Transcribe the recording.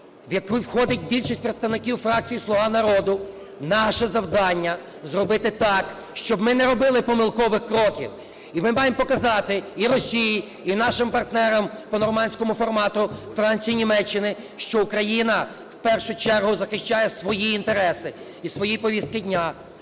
в яку входить більшість представників фракції "Слуга народу". Наше завдання - зробити так, щоб ми не робили помилкових кроків. І ми маємо показати і Росії, і нашим партнерам по "нормандському формату", Франції і Німеччині, що Україна в першу чергу захищає свої інтереси і свої повістки дня.